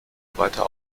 weiter